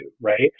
right